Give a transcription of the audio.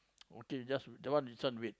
okay just that one this one wait